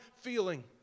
feeling